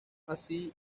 así